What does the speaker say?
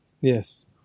Yes